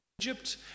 Egypt